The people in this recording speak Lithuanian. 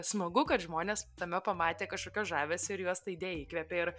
smagu kad žmonės tame pamatė kažkokio žavesio ir juos ta idėja įkvėpė ir